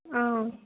ஆ